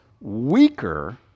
weaker